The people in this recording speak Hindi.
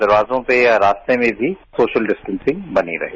दरवाजों में या रास्तों में भी सोशल डिस्टेंसिंग बनी रहें